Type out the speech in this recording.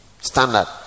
standard